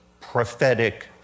prophetic